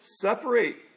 separate